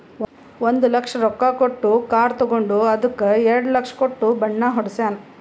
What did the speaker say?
ಒಂದ್ ಲಕ್ಷ ರೊಕ್ಕಾ ಕೊಟ್ಟು ಕಾರ್ ತಗೊಂಡು ಅದ್ದುಕ ಎರಡ ಲಕ್ಷ ಕೊಟ್ಟು ಬಣ್ಣಾ ಹೊಡ್ಸ್ಯಾನ್